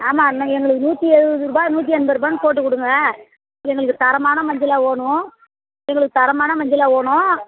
ஆமாம் நீங்கள் எங்களுக்கு நூற்றி எழுபதுருபா நூற்றி எண்பது ருபாய்னு போட்டு கொடுங்க எங்களுக்கு தரமான மஞ்சளாக வேணும் எங்களுக்கு தரமான மஞ்சளாக வேணும்